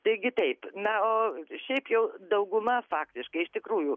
taigi taip na o šiaip jau dauguma faktiškai iš tikrųjų